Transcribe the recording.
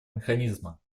механизма